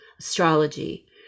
astrology